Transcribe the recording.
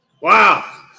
Wow